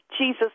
Jesus